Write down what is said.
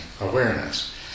awareness